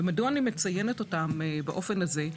ומדוע אני מציינת אותן באופן הזה,